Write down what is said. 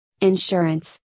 insurance